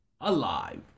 alive